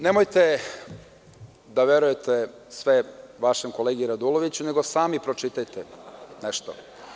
Nemojte da verujete sve vašem kolegi Raduloviću, nego sami pročitajte nešto.